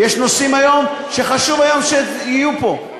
ויש נושאים שחשוב היום שיהיו פה.